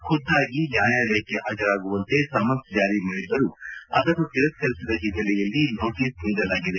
ಖುದ್ದಾಗಿ ನ್ಯಾಯಾಲಯಕ್ಕೆ ಹಾಜರಾಗುವಂತೆ ಸಮನ್ಸ್ ಜಾರಿ ಮಾಡಿದ್ದರೂ ಅದನ್ನು ತಿರಸ್ಕರಿಸಿದ ಹಿನ್ನೆಲೆಯಲ್ಲಿ ನೋಟಸ್ ನೀಡಲಾಗಿದೆ